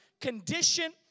condition